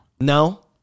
no